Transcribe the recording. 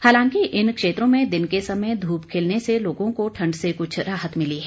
हालांकि इन क्षेत्रों में दिन के समय धूप खिलने से लोगों को ठंड से कुछ राहत मिली है